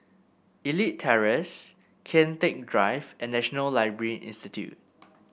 Elite Terrace Kian Teck Drive and National Library Institute